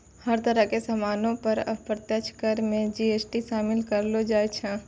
हर तरह के सामानो पर अप्रत्यक्ष कर मे जी.एस.टी शामिल करलो जाय छै